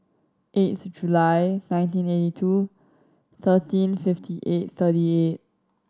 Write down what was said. eighth July nineteen eighty two thirteen fifty eight thirty eight